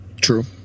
True